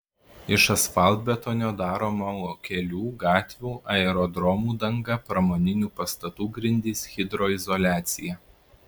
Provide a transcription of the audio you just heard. iš asfaltbetonio daroma kelių gatvių aerodromų danga pramoninių pastatų grindys hidroizoliacija